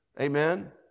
amen